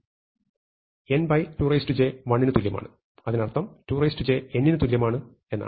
n2j 1 ന് തുല്യമാണ് അതിനർത്ഥം 2j n ന് തുല്യമാണ് എന്നാണ്